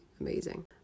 amazing